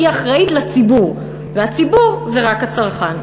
היא אחראית לציבור, והציבור זה רק הצרכן.